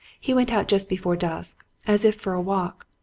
he went out just before dusk, as if for a walk.